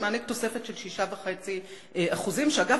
שמעניק תוספת שכר של 6.5% ואגב,